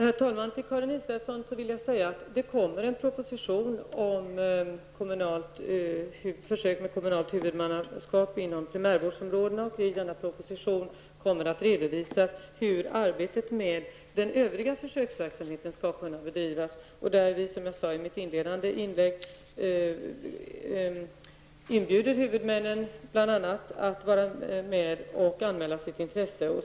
Herr talman! Till Karin Israelsson vill jag säga att det kommer en proposition om försök med kommunalt huvudmannaskap inom primärvårdsområdet. I denna proposition kommer att redovisas hur arbetet med den övriga försöksverksamheten skall kunna bedrivas. Som jag sade i mitt inledande inlägg inbjuder vi huvudmännen att vara med och anmäla sitt intresse.